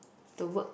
the work